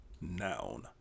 Noun